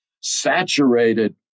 saturated